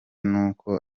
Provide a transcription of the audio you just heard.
nuko